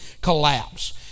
collapse